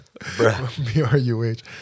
Bruh